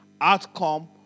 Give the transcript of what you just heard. outcome